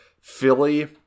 Philly